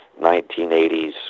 1980s